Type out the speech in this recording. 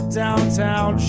downtown